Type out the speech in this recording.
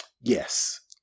yes